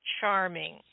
charming